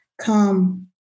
come